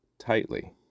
Tightly